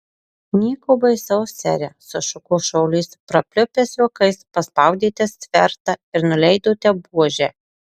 nieko baisaus sere sušuko šaulys prapliupęs juokais paspaudėte svertą ir nuleidote buožę